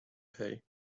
pay